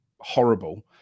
horrible